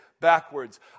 Backwards